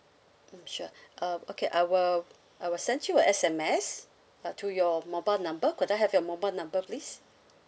mm sure uh okay I will I will send you a S_M_S uh to your mobile number could I have your mobile number please